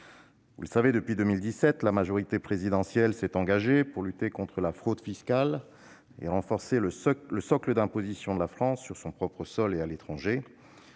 Gouvernement. Depuis 2017, la majorité présidentielle s'est engagée à lutter contre la fraude fiscale et à renforcer le socle d'impositions de la France sur son propre sol et à l'étranger.